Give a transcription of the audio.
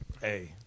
Hey